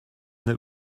that